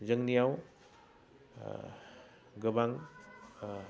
जोंनियाव गोबां